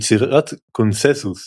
יצירת קונצנזוס